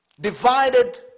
divided